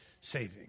saving